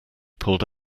pulled